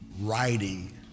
writing